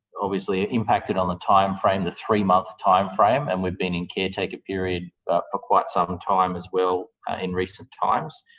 obviously impacted on the timeframe, the three-month timeframe, and we've been in caretaker period for quite some time as well in recent times.